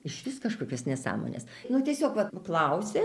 išvis kažkokios nesąmonės nu tiesiog vat nu klausia